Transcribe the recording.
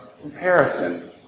comparison